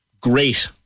great